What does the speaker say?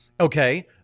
Okay